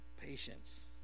patience